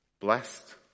blessed